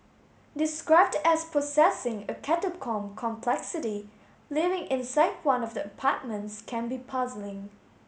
described as possessing a catacomb complexity living inside one of the apartments can be puzzling